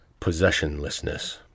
possessionlessness